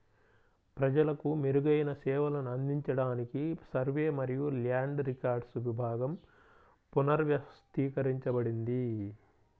ప్రజలకు మెరుగైన సేవలను అందించడానికి సర్వే మరియు ల్యాండ్ రికార్డ్స్ విభాగం పునర్వ్యవస్థీకరించబడింది